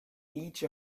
each